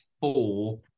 four